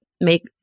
make